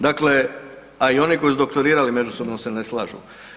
Dakle, a i oni koji su doktorirali međusobno se ne slažu.